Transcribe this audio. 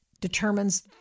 determines